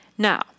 Now